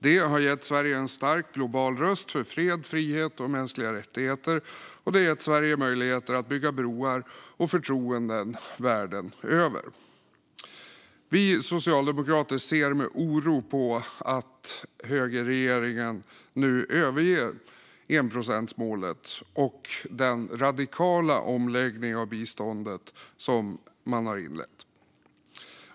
Det har gett Sverige en stark global röst för fred, frihet och mänskliga rättigheter, och det har gett Sverige möjligheter att bygga broar och förtroenden världen över. Vi socialdemokrater ser med oro på att högerregeringen nu överger enprocentsmålet och på den radikala omläggning av biståndet som man har inlett.